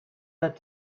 let